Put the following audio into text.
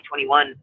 2021